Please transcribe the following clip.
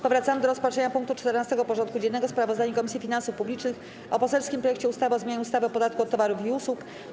Powracamy do rozpatrzenia punktu 14. porządku dziennego: Sprawozdanie Komisji Finansów Publicznych o poselskim projekcie ustawy o zmianie ustawy o podatku od towarów i usług.